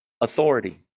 Authority